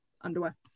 underwear